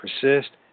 persist